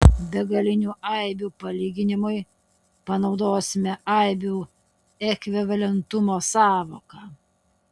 begalinių aibių palyginimui panaudosime aibių ekvivalentumo sąvoką